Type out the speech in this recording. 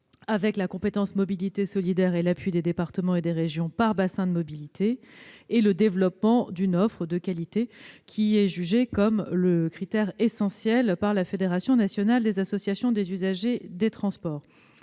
avec la compétence mobilité solidaire et l'appui des départements et des régions par bassin de mobilité ; le développement d'une offre de qualité, considéré par la Fédération nationale des associations d'usagers des transports